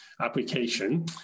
application